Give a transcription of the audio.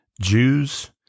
Jews